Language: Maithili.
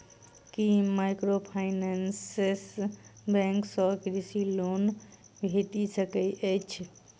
की माइक्रोफाइनेंस बैंक सँ कृषि लोन भेटि सकैत अछि?